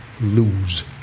lose